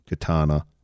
Katana